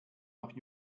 noch